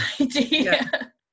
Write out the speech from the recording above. idea